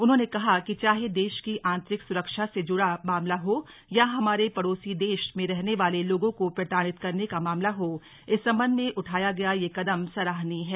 उन्होंने कहा कि चाहे देश की आंतरिक सुरक्षा से जुड़ा मामला हो अथवा हमारे पड़ोसी देश में रहने वाले लोगों को प्रताड़ित करने का मामला हो इस संबंध में उठाया गया यह कदम सराहनीय है